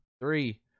three